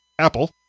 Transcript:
Apple